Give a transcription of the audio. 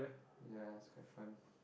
ya it's quite fun